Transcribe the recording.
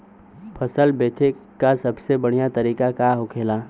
फसल बेचे का सबसे बढ़ियां तरीका का होखेला?